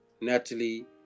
Natalie